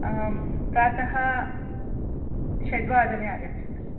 आं प्रातः षड्वादने आगच्छतु